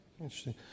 Interesting